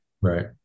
Right